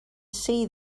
see